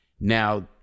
now